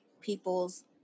people's